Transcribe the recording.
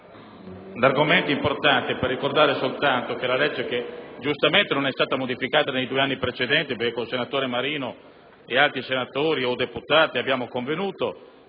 l'argomento è importante vorrei ricordare soltanto che la legge, giustamente, non è stata modificata nei due anni precedenti perché con il senatore Marino e altri senatori e deputati avevamo convenuto